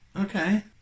Okay